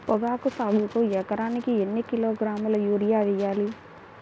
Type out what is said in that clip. పొగాకు సాగుకు ఎకరానికి ఎన్ని కిలోగ్రాముల యూరియా వేయాలి?